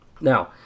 Now